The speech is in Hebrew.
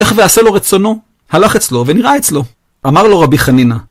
איך ועשה לו רצונו? הלך אצלו ונראה אצלו, אמר לו רבי חנינה.